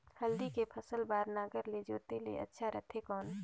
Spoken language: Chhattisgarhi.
हल्दी के फसल बार नागर ले जोते ले अच्छा रथे कौन?